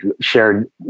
shared